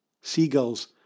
Seagulls